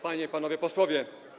Panie i Panowie Posłowie!